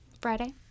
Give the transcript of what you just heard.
Friday